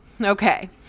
Okay